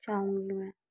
चाहूंगी मैं